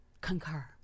concur